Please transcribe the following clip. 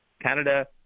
Canada